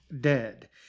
dead